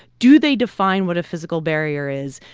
do they define what a physical barrier is?